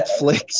Netflix